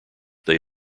they